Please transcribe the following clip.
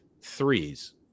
threes